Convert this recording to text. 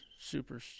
super